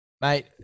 Mate